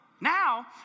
Now